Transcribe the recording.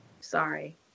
Sorry